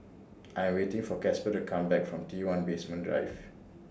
I Am waiting For Casper to Come Back from T one Basement Drive